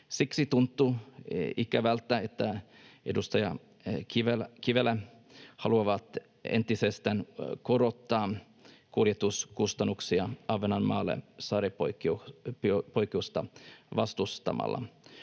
Siksi tuntuu ikävältä, että edustaja Kivelä haluaa entisestään korottaa kuljetuskustannuksia Ahvenanmaalle saaripoikkeusta vastustamalla.